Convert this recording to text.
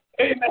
amen